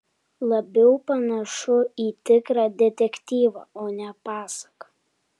labiau panašu į tikrą detektyvą o ne pasaką